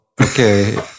Okay